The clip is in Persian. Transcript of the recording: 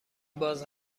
باز